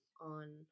on